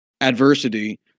adversity